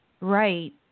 right